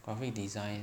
graphic design